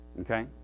Okay